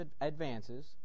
advances